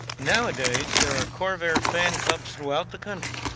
nowadays, there are corvair fan clubs throughout the country.